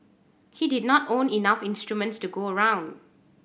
he did not own enough instruments to go around